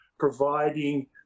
providing